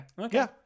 Okay